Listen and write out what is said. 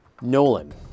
Nolan